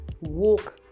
Walk